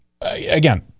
again